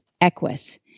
Equus